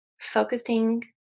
focusing